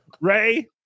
Ray